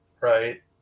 right